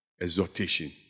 exhortation